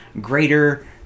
greater